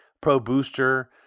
pro-booster